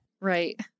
Right